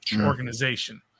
organization